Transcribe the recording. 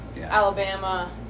Alabama